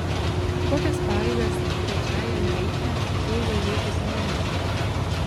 kokias pareigas trečiajame reiche ėjo jūsų senelis